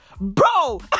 bro